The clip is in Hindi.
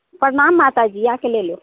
प्रणाम माता जी आ कर लेलो